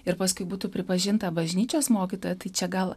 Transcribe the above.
ir paskui būtų pripažinta bažnyčios mokytoja tai čia gal